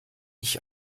ich